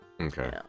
Okay